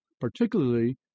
particularly